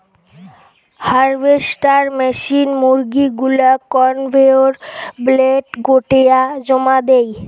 harvester machine মুরগী গুলাক conveyor বেল্টে গোটেয়া জমা দেই